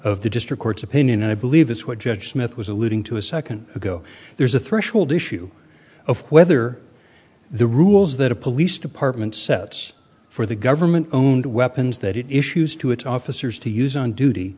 of the district court's opinion and i believe it's what judge smith was alluding to a second ago there's a threshold issue of whether the rules that a police department sets for the government owned weapons that it issues to its officers to use on duty